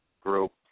group